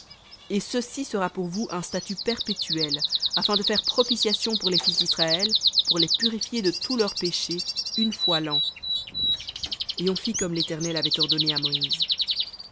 et ceci sera pour vous un statut perpétuel afin de faire propitiation pour les fils d'israël de tous leurs péchés une fois l'an et on fit comme l'éternel avait commandé à moïse